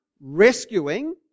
rescuing